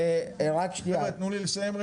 חבר'ה, תנו לי לסיים.